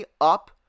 up